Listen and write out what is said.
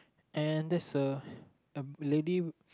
and there's a a lady